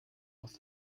aus